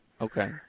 Okay